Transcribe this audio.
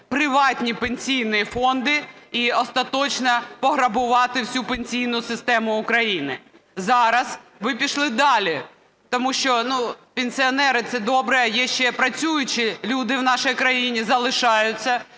приватні пенсійні фонди і остаточно пограбували всю пенсійну систему України. Зараз ви пішли далі, тому що пенсіонери – це добре, а є ще працюючі люди в нашій країні, залишаються.